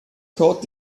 caught